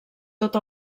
tot